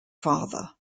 father